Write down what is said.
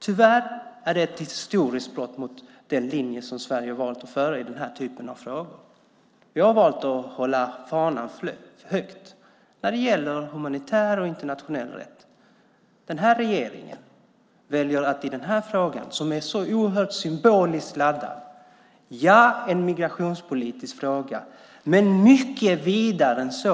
Tyvärr är det ett historiskt brott mot den linje som Sverige har valt att föra i den här typen av frågor. Vi har valt att hålla fanan högt när det gäller humanitär och internationell rätt. Det här är en fråga som är oerhört symboliskt laddad. Det är en migrationspolitisk fråga, men den är mycket vidare än så.